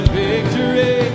victory